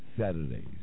Saturdays